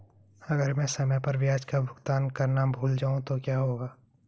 अगर मैं समय पर ब्याज का भुगतान करना भूल जाऊं तो क्या होगा?